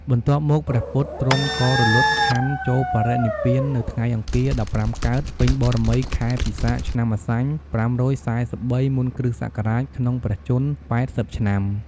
បន្ទាប់មកព្រះពុទ្ធទ្រង់ក៏រលត់ខន្ធចូលបរិនិព្វាននៅថ្ងៃអង្គារ ១៥កើត ពេញបូណ៌មី ខែពិសាខ ឆ្នាំម្សាញ់ ៥៤៣ មុនគ.ស ក្នុងព្រះជន្ម ៨០ ឆ្នាំ។